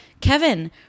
Kevin